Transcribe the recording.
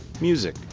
music